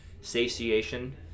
Satiation